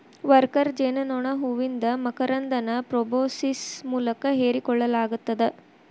worker ಜೇನನೋಣ ಹೂವಿಂದ ಮಕರಂದನ ಪ್ರೋಬೋಸಿಸ್ ಮೂಲಕ ಹೇರಿಕೋಳ್ಳಲಾಗತ್ತದ